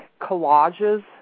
collages